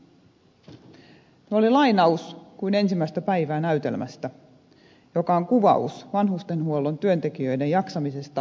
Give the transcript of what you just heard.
tämä oli lainaus kuin ensimmäistä päivää näytelmästä joka on kuvaus vanhustenhuollon työntekijöiden jaksamisesta nykypäivän suomessa